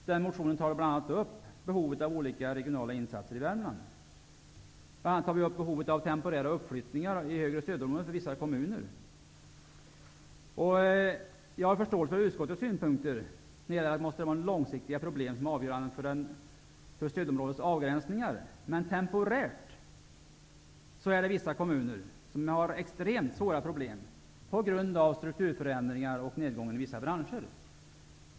I den motionen tar vi bl.a. upp behovet av olika regionala insatser i Värmland. Bl.a. tar vi upp behovet av temporära uppflyttningar i högre stödområde för vissa kommuner. Jag har förståelse för utskottets synpunkter att de långsiktiga problemen måste vara avgörande för stödområdets avgränsningar. Men temporärt är det vissa kommuner som har extremt svåra problem på grund av strukturförändringar och nedgången i vissa branscher.